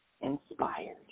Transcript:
inspired